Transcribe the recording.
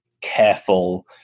careful